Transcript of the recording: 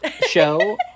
show